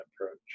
approach